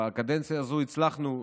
בקדנציה הזו הצלחנו,